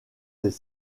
des